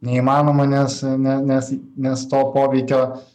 neįmanoma nes ne nes nes to poveikio